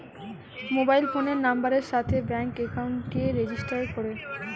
mobile ফোনের নাম্বারের সাথে ব্যাঙ্ক একাউন্টকে রেজিস্টার করে